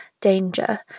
danger